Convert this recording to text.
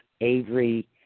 Avery